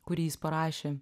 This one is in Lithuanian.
kurį jis parašė